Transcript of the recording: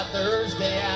Thursday